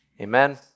Amen